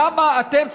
למה אתם צריכים?